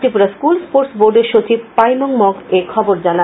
Tripura school sports বোর্ডের সচিব পাইমং মগ এখবর জানান